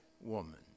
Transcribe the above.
woman